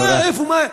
מה, איפה, מה?